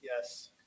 Yes